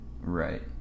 right